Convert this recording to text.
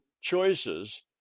choices